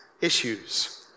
issues